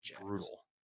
brutal